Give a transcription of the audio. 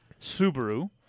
Subaru